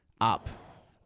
Up